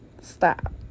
stop